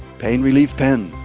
pain relief pen.